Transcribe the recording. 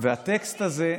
והטקסט הזה,